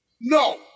No